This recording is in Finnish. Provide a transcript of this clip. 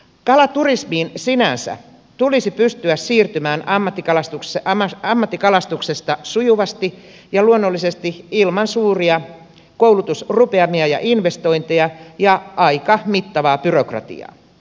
kalaturismiin sinänsä tulisi pystyä siirtymään ammattikalastuksesta sujuvasti ja luonnollisesti ilman suuria koulutusrupeamia ja investointeja ja aika mittavaa byrokratiaa